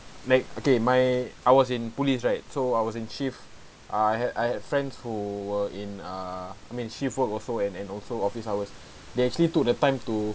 make okay my I was in police right so I was in chief I had I had friends who were in err I mean shift work also and and also office hours they actually took the time to